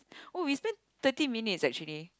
oh we spent thirty minutes actually